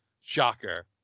shocker